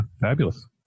Fabulous